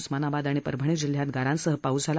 उस्मानाबाद आणि परभणी जिल्ह्यात गारांसह पाऊस झाला